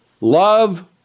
love